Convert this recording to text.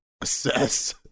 assess